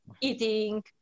eating